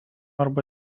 arba